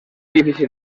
edifici